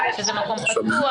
שזה מקום פתוח,